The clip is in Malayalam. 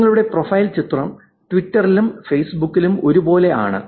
നിങ്ങളുടെ പ്രൊഫൈൽ ചിത്രം ട്വിറ്ററിലും ഫെയ്സ്ബുക്കിലും ഒരേ പോലെ ആണ്